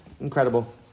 incredible